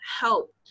help